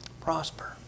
Prosper